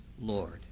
Lord